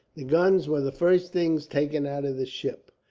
the guns were the first things taken out of the ship,